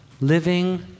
living